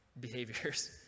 behaviors